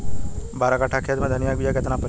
बारह कट्ठाखेत में धनिया के बीया केतना परी?